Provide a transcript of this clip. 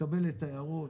נקבל את ההערות,